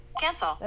Cancel